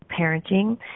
Parenting